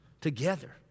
Together